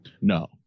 No